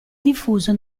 diffuso